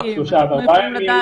מקרים, שלושה וארבעה ימים.